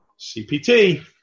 CPT